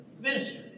minister